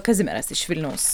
kazimieras iš vilniaus